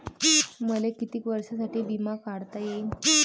मले कितीक वर्षासाठी बिमा काढता येईन?